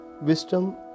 Wisdom